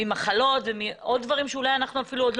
ממחלות ועוד דברים שאולי אנחנו עוד לא